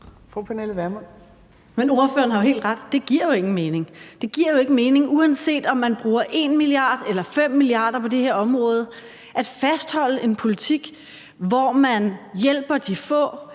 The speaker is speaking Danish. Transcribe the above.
Men ordføreren har jo helt ret: Det giver jo ingen mening. Det giver jo ikke mening, uanset om man bruger 1 mia. kr. eller 5 mia. kr. på det her område, at fastholde en politik, hvor man hjælper de få